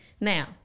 Now